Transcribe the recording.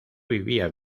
vivía